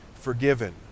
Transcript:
forgiven